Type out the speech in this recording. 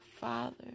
Father